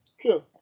True